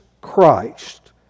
Christ